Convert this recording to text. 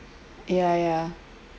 ya ya